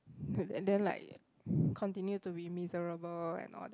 and then like continue to be miserable and all that